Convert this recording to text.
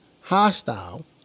hostile